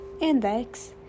index